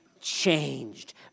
changed